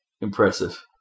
impressive